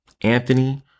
Anthony